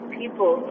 people